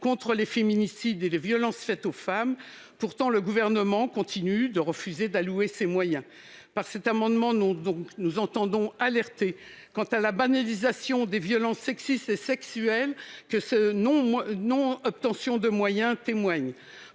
contre les féminicides et les violences faites aux femmes. Pourtant, le Gouvernement continue de refuser d'allouer ces moyens. Par cet amendement, nous entendons alerter quant à la banalisation des violences sexistes et sexuelles, dont la non-obtention de ces moyens témoigne.